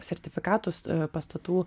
sertifikatus pastatų